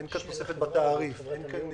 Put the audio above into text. אין כאן תוספת בתעריף, אין כאן